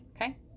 okay